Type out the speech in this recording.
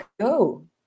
go